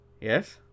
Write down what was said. Yes